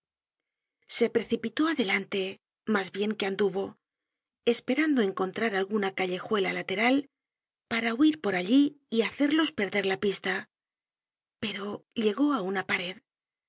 se precipitó adelante mas bien que anduvo esperando encontrar content from google book search generated at alguna callejuela lateral para huir por allí y hacerlos perder la pista pero llegó á una pared